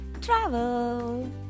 travel